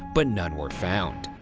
but none were found.